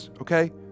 Okay